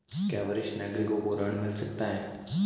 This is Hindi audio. क्या वरिष्ठ नागरिकों को ऋण मिल सकता है?